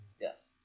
Yes